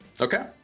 Okay